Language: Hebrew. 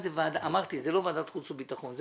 ועדת הכספים ולא ועדת חוץ וביטחון.